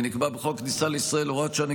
ונקבע בחוק הכניסה לישראל (הוראת שעה,